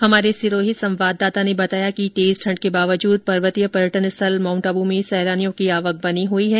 हमारे सिरोही संवाददाता ने बताया कि तेज ठंड के बावजूद पर्वतीय पर्यटन स्थल माउंट आबू में सैलानियों की आवक बनी हई है